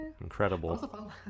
Incredible